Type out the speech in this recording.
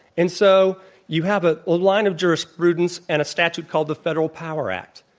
and so you have a line of jurisprudence and a statute called the federal power act,